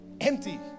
Empty